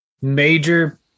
major